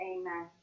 amen